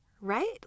right